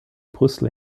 brüssel